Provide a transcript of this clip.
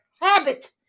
habit